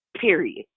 Period